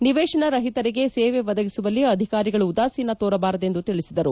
ನಿವೇಶನ ರಹಿತರಿಗೆ ಸೇವೆ ಒದಗಿಸುವಲ್ಲಿ ಅಧಿಕಾರಿಗಳು ಉದಾಸೀನ ತೋರಬಾರದು ಎಂದು ತಿಳಿಸಿದರು